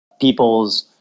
People's